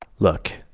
look,